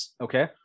Okay